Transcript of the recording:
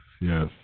yes